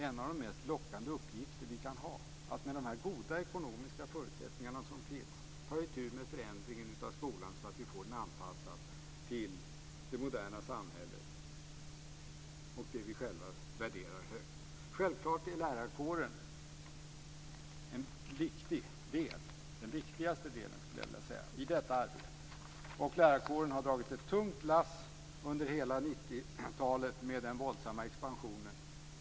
En av de mest lockande uppgifter som vi kan ha är naturligtvis att, med de goda ekonomiska förutsättningar som nu finns, ta itu med förändringen av skolan så att vi får den anpassad till det moderna samhället och det vi själva värderar högt. Självklart är lärarkåren en viktig del - ja, den viktigaste delen, skulle jag vilja säga - i detta arbete. Lärarkåren har dragit ett tungt lass under hela 90-talet med den våldsamma expansionen.